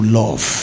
love